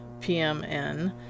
pmn